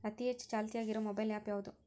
ಅತಿ ಹೆಚ್ಚ ಚಾಲ್ತಿಯಾಗ ಇರು ಮೊಬೈಲ್ ಆ್ಯಪ್ ಯಾವುದು?